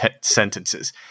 sentences